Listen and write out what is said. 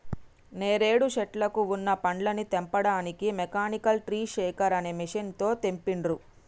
నేరేడు శెట్లకు వున్న పండ్లని తెంపడానికి మెకానికల్ ట్రీ షేకర్ అనే మెషిన్ తో తెంపిండ్రు